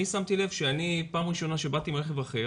אני שמתי לב שפעם ראשונה שאני באתי עם רכב אחר,